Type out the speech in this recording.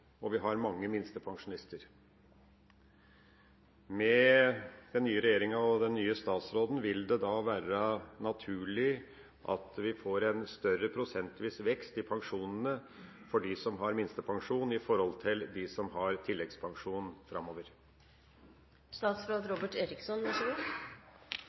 og vi har mange minstepensjonister. Vil det da, med den nye regjeringa og den nye statsråden, være naturlig at vi framover får en større prosentvis vekst i pensjonene for dem som har minstepensjon, i forhold til dem som har tilleggspensjon?